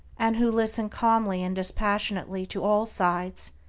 and who listen calmly and dispassionately to all sides,